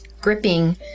gripping